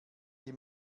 die